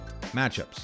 matchups